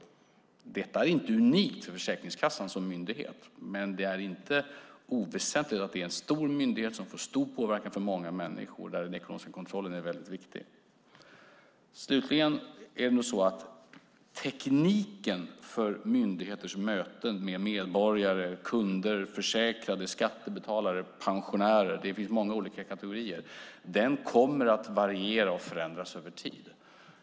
Detta är inte unikt för Försäkringskassan som myndighet, men det är inte oväsentligt att det är en stor myndighet som har stor påverkan för många människor och där den ekonomiska kontrollen är väldigt viktig. Slutligen är det nog så att tekniken för myndigheters möten med medborgare, kunder, försäkrade, skattebetalare, pensionärer - det finns många olika kategorier - kommer att variera och förändras över tid.